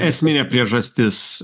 esminė priežastis